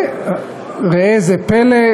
וראה זה פלא,